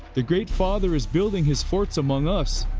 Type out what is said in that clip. the great father is building his forts among us.